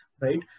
right